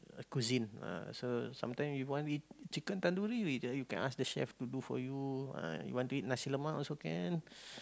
cuisine so sometime you want eat chicken tandoori you can ask the chef to do for you you want to eat Nasi-Lemak also can